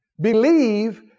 Believe